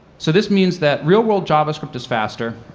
so this means that real world javascript is faster,